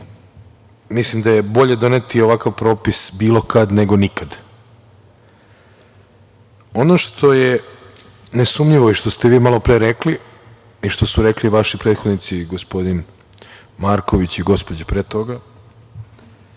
Mislim da je bolje doneti ovakav propis bilo kad, nego nikad. Ono što je nesumnjivo i što ste vi malopre rekli i što su rekli vaši prethodnici, gospodin Marković i gospođa pre toga,